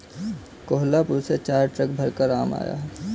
कोहलापुर से चार ट्रक भरकर आम आया है